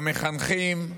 במחנכים,